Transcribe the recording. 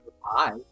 Hi